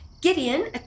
Gideon